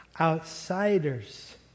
Outsiders